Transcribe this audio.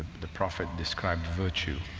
the prophet describes virtue,